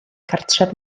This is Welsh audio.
cartref